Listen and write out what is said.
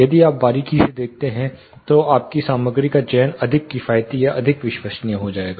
यदि आप बारीकी से देखते हैं तो आपकी सामग्री का चयन अधिक किफायती या अधिक विश्वसनीय हो जाएगा